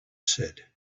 said